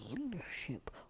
leadership